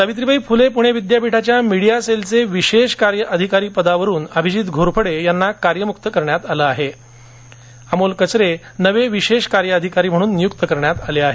सावित्रीबाई फुले पुणे विद्यापीठाच्या मीडिया सेलच्या विशेष कार्य अधिकारी पदावरून अभिजित घोरपडे यांना कार्यमुक्त करण्यात आले असून अमोल कचरे नवे विशेष कार्य अधिकारी म्हणून नियुक्ती करण्यात आली आहे